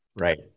Right